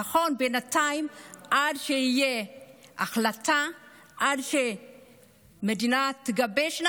נכון, בינתיים, עד שתהיה החלטה, עד שהמדינה תגבש,